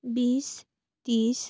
बिस तिस